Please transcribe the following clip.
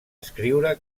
escriure